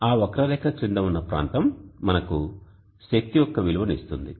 ఆ వక్రరేఖ క్రింద ఉన్న ప్రాంతం మనకు శక్తి యొక్క విలువను ఇస్తుంది